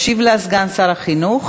ישיב לה סגן שר החינוך.